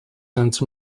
cents